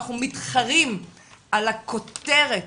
אנחנו מתחרים על הכותרת